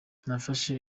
nafashe